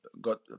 got